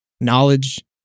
knowledge